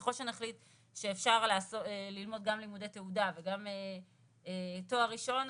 ככל שנחליט שאפשר ללמוד גם לימודי תעודה וגם תואר ראשון,